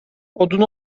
odun